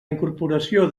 incorporació